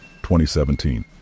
2017